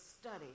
study